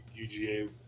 UGA